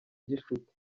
gishuti